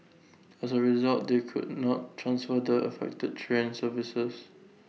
as A result they could not transfer the affected train services